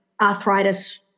arthritis